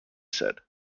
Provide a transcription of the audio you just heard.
said